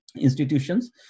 institutions